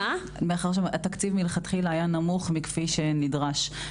מאחר שהתקציב מלכתחילה היה נמוך מכפי שנדרש.